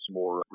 more